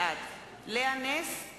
בעד לאה נס,